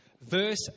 Verse